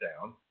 down